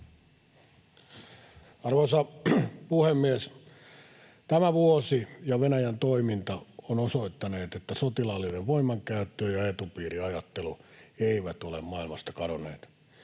Arvoisa puhemies! Tämä vuosi ja Venäjän toiminta ovat osoittaneet, että sotilaallinen voimankäyttö ja etupiiriajattelu eivät ole maailmasta kadonneet.